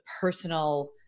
personal